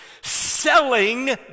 selling